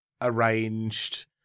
arranged